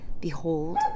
Behold